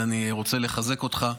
ואני רוצה לחזק אותך.